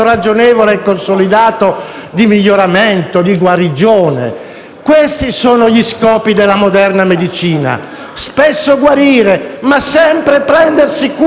Questi sono gli scopi della moderna medicina: spesso guarire, ma sempre prendersi cura. Sono distinzioni vecchie quelle tra terapia e cura.